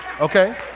Okay